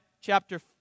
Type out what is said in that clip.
chapter